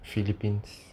philippines